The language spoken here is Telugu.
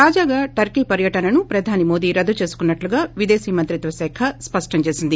తాజాగా టర్కీ పర్యటనను ప్రధాని మోదీ రద్దు చేసుకున్న ట్లగా విదేశీ మంత్రిత్వ శాఖ స్పష్టం చేసింది